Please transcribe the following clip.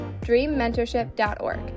dreammentorship.org